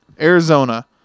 arizona